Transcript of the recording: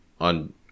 on